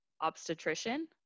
obstetrician